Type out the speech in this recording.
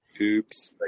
Oops